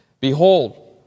Behold